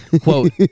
quote